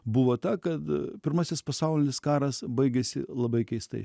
buvo ta kad pirmasis pasaulinis karas baigėsi labai keistai